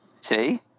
See